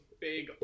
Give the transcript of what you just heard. big